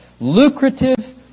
lucrative